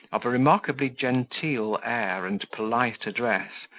of a remarkably genteel air and polite address,